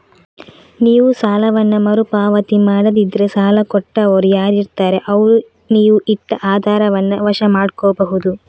ನೀವು ಸಾಲವನ್ನ ಮರು ಪಾವತಿ ಮಾಡದಿದ್ರೆ ಸಾಲ ಕೊಟ್ಟವರು ಯಾರಿರ್ತಾರೆ ಅವ್ರು ನೀವು ಇಟ್ಟ ಆಧಾರವನ್ನ ವಶ ಮಾಡ್ಕೋಬಹುದು